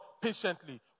patiently